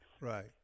Right